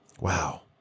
Wow